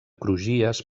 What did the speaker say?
crugies